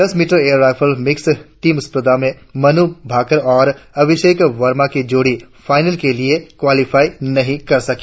दस metre air pistol mixed team स्पर्धा में मनु भाकर और अभिषेक वर्मा की जोड़ी फाइनल के लिए क्वालीफाई नही कर सकी